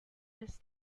this